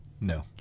No